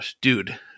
dude